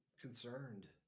concerned